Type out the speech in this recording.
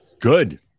Good